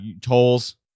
Tolls